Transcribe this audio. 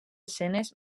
escenes